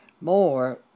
more